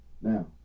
Now